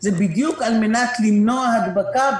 היא בדיוק על-מנת למנוע הדבקה.